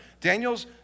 Daniel's